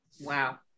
Wow